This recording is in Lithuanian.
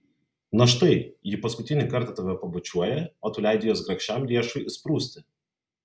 na štai ji paskutinį kartą tave pabučiuoja o tu leidi jos grakščiam riešui išsprūsti